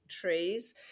trees